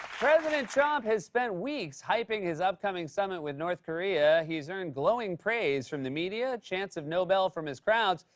president trump has spent weeks hyping his upcoming summit with north korea. he's earned glowing praise from the media, chants of nobel from his crowds,